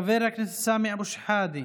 חבר הכנסת סמי אבו שחאדה,